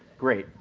great,